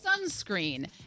sunscreen